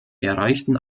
erreichten